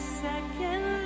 second